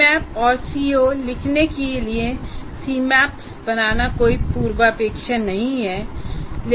सीमैप्स और CO CO लिखने के लिए सीमैप्स बनाना कोई पूर्वापेक्षा नहीं है